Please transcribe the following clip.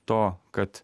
to kad